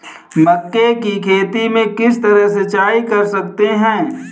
मक्के की खेती में किस तरह सिंचाई कर सकते हैं?